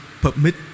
permit